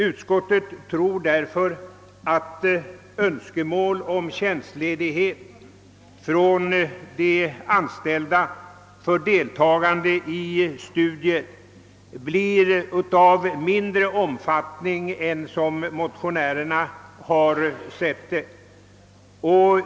Utskottet förmodar därför att önskemål från de anställda om tjänstledighet för deltagande i studier kommer att bli av mindre omfattning än vad motionärerna har ansett.